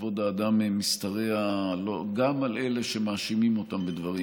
כבוד האדם משתרע גם על אלה שמאשימים אותם בדברים,